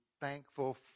thankful